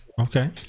Okay